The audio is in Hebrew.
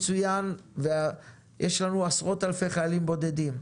יש לנו עשרות חיילים בודדים,